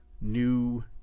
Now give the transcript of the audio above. new